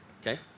Okay